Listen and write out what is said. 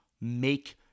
make